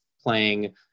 playing